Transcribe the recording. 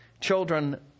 children